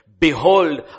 Behold